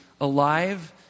alive